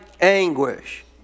anguish